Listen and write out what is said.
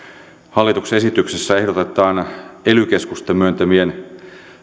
hallituksen esityksessä ehdotetaan ely keskusten myöntämien